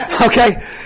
Okay